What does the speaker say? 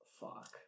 fuck